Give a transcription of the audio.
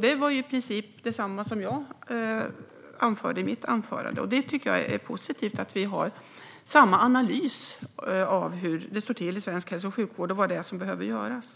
Det var i princip detsamma som jag anförde i mitt inlägg. Det tycker jag är positivt; det är bra att vi gör samma analys av hur det står till i svensk hälso och sjukvård och vad det är som behöver göras.